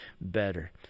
better